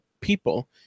people